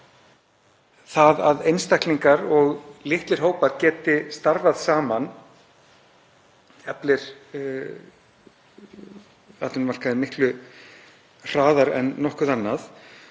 það að einstaklingar og litlir hópar geti starfað saman eflir atvinnumarkaðinn miklu hraðar en nokkuð annað.